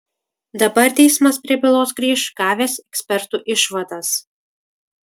dabar teismas prie bylos grįš gavęs ekspertų išvadas